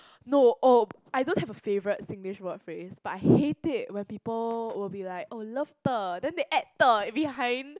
no oh I don't have a favourite Singlish word phrase but I hate it when people will be like oh love ter then they add ter behind